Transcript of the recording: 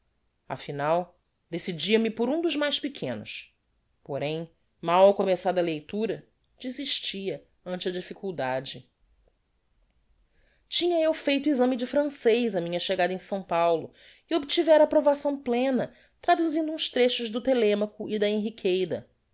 afinal decidia me por um dos mais pequenos porem mal começada a leitura desistia ante a difficuldade tinha eu feito exame de francez á minha chegada em s paulo e obtivera approvação plena traduzindo uns trechos do telemaco e da henriqueida